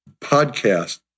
podcast